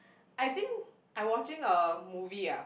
I think I watching a movie ah